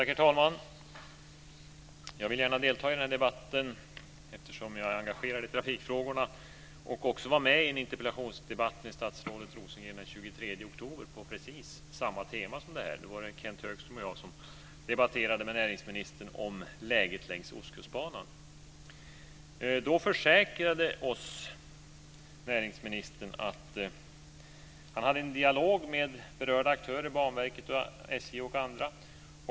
Herr talman! Jag vill gärna delta i debatten eftersom jag är engagerad i trafikfrågorna och också var med i en interpellationsdebatt med statsrådet Rosengren den 23 oktober på precis samma tema. Då var det Kenth Högström och jag som debatterade med näringsministern om läget längs Ostkustbanan. Då försäkrade näringsministern att han förde en dialog med berörda aktörer - Banverket, SJ och andra.